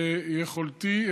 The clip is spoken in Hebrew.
ביכולתי,